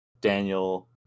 daniel